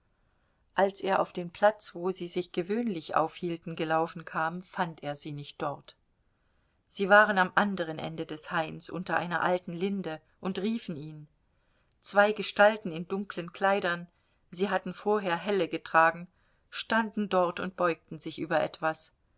als er auf den platz wo sie sich gewöhnlich aufhielten gelaufen kam fand er sie nicht dort sie waren am anderen ende des hains unter einer alten linde und riefen ihn zwei gestalten in dunklen kleidern sie hatten vorher helle getragen standen dort und beugten sich über etwas